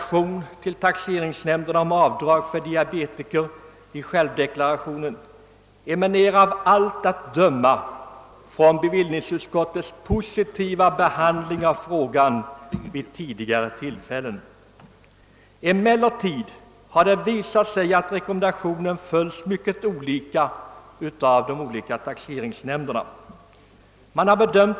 tionen emanerar av allt att döma från bevillningsutskottets positiva behandling av frågan vid ett tidigare tillfälle. Emellertid har det visat sig att rekommendationen följts mycket olika av tax .eringsnämnderna.